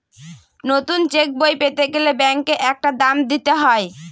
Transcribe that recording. নতুন চেকবই পেতে গেলে ব্যাঙ্কে একটা দাম দিতে হয়